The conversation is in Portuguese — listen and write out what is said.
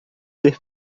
ser